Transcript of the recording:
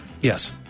Yes